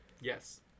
Yes